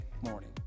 morning